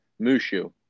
Mushu